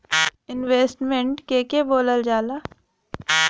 Investment के के बोलल जा ला?